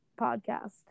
podcast